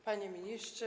Panie Ministrze!